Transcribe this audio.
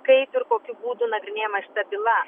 kaip ir kokiu būdu nagrinėjama šita byla